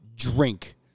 drink